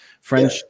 French